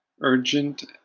Urgent